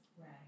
Right